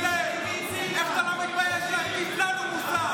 איך אתה לא מתבייש להטיף לנו מוסר?